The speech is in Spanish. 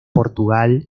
portugal